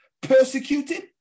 Persecuted